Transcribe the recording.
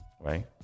Right